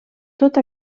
tot